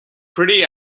pretty